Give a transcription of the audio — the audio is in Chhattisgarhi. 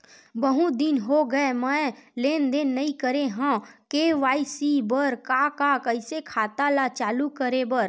बहुत दिन हो गए मैं लेनदेन नई करे हाव के.वाई.सी बर का का कइसे खाता ला चालू करेबर?